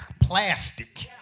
plastic